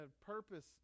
purpose